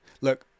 look